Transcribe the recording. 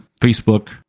Facebook